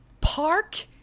park